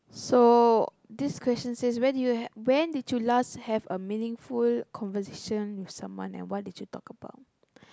so this question says when did you have when did you last have a meaningful conversation with someone and what did you talk about